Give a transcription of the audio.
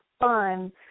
fun